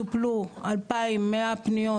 טופלו 2,100 פניות,